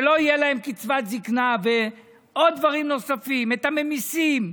שלא תהיה להן קצבת זקנה ועוד דברים נוספים ממיסים.